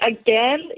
again